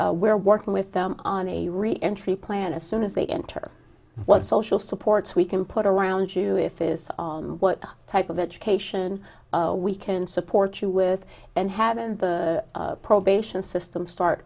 we're working with them on a reentry plan as soon as they enter what social supports we can put around you if is what type of education we can support you with and have in the probation system start